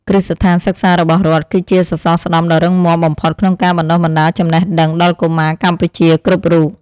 គ្រឹះស្ថានសិក្សារបស់រដ្ឋ គឺជាសសរស្តម្ភដ៏រឹងមាំបំផុតក្នុងការបណ្តុះបណ្តាលចំណេះដឹងដល់កុមារកម្ពុជាគ្រប់រូប។